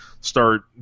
start